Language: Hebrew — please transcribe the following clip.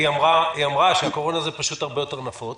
היא אמרה שהקורונה זה פשוט הרבה יותר נפוץ,